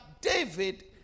david